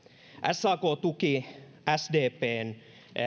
sak tuki sdpn